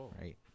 Right